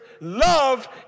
Love